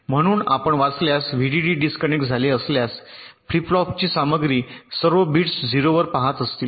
म्हणून आपण वाचल्यास व्हीडीडी डिस्कनेक्ट झाले असल्यास फ्लिप फ्लॉपची सामग्री सर्व बिट्स 0 वर पहात असतील